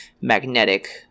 magnetic